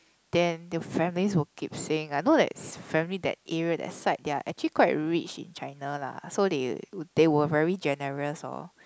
then the family would keep saying I know that his family that area that side their actually quite rich in China lah so they they were very generous loh